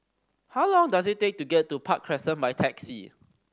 how long does it take to get to Park Crescent by taxi